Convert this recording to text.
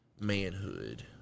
manhood